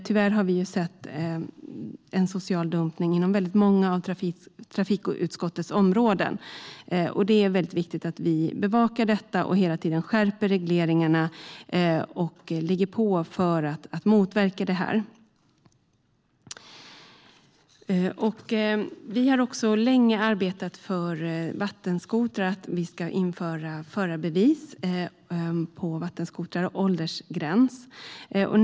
Tyvärr har vi sett social dumpning inom många av trafikutskottets områden, och det är viktigt att vi bevakar detta, hela tiden skärper regleringarna och ligger på för att motverka det här. Vi har länge arbetat för att det ska införas förarbevis och åldersgräns när det gäller vattenskotrar.